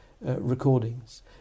recordings